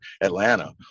Atlanta